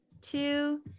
two